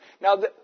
Now